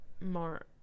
more